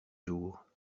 jours